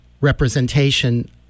representation